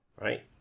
Right